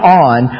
on